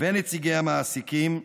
ונציגי המעסיקים.